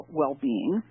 well-being